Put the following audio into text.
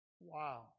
Wow